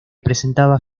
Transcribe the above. presentaba